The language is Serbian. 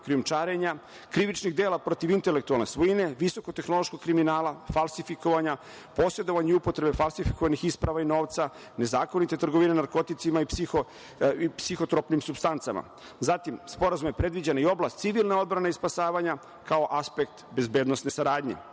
krijumčarenja, krivičnih dela protiv intelektualne svojine, visokotehnološkog kriminala, falsifikovanja, posedovanje i upotrebe falsifikovanih isprava i novca, nezakonite trgovine narkoticima i psihotropnim supstancama. Zatim, Sporazumom je predviđena i oblast civilne odbrane i spasavanja kao aspekt bezbednosne saradnje. Ovim